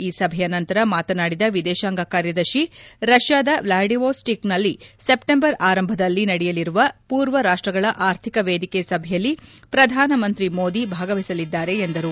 ಈ ಸಭೆಯ ನಂತರ ಮಾತನಾಡಿದ ವಿದೇಶಾಂಗ ಕಾರ್ಯದರ್ಶಿ ರಷ್ನಾದ ವ್ಲಾಡಿವೋಸ್ಲೋಕ್ ನಲ್ಲಿ ಸೆಪ್ಸೆಂಬರ್ ಆರಂಭದಲ್ಲಿ ನಡೆಯಲಿರುವ ಪೂರ್ವ ರಾಷ್ಸಗಳ ಆರ್ಥಿಕ ವೇದಿಕೆ ಸಭೆಯಲ್ಲಿ ಪ್ರಧಾನ ಮಂತ್ರಿ ಮೋದಿ ಅವರು ಭಾಗವಹಿಸಲಿದ್ದಾರೆ ಎಂದರು